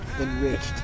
enriched